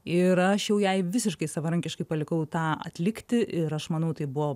ir aš jau jai visiškai savarankiškai palikau tą atlikti ir aš manau tai buvo